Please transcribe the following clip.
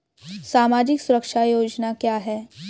सामाजिक सुरक्षा योजना क्या है?